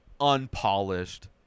unpolished